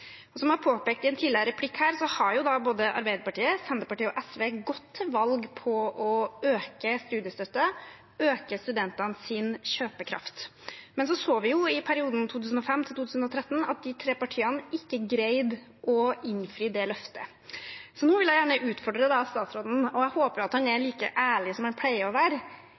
Som jeg påpekte i en tidligere replikk, har både Arbeiderpartiet, Senterpartiet og SV gått til valg på å øke studiestøtten, øke studentenes kjøpekraft. Men vi så i perioden 2005–2013 at de tre partiene ikke greide å innfri det løftet. Nå vil jeg gjerne utfordre statsråden, og jeg håper han er like ærlig som han pleier å være: